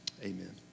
Amen